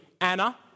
Anna